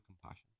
compassion